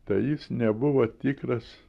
tai jis nebuvo tikras